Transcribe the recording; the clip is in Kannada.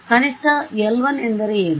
ಕನಿಷ್ಠ l1 ಎಂದರೆ ಏನು